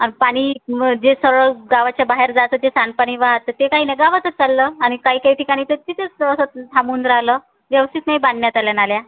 आणि पाणी जे सरळ गावाच्या बाहेर जातं ते सांडपाणी वाहतं ते काही नाही गावातच चाललं आणि काही काही ठिकाणी तर तिथेच असं थांबून राहिलं व्यवस्थित नाही बांधण्यात आल्या नाल्या